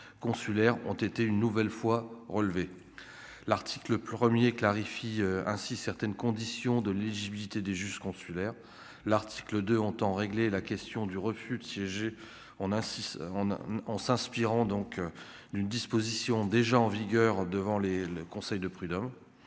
consulaires ont été une nouvelle fois relevé l'article 1er clarifie ainsi certaines conditions de l'éligibilité des juges consulaires, l'article de entend régler la question du refus de siéger, on a six ans, en s'inspirant, donc d'une disposition déjà en vigueur devant les le conseil de prud'hommes